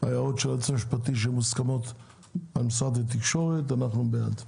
ההערות של היועץ המשפטי שמוסכמות על משרד התקשורת אנחנו בעד.